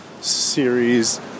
series